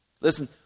Listen